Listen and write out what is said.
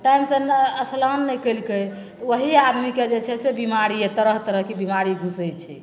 टाइमसे ने अस्नान नहि कएलकै ओही आदमीके जे छै से बेमारी तरह तरहके बेमारी घुसै छै